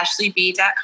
ashleyb.com